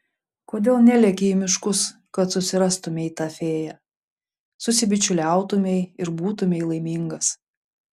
kodėl neleki į miškus kad susirastumei tą fėją susibičiuliautumei ir būtumei laimingas